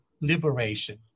liberation